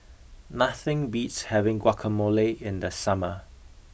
nothing beats having guacamole in the summer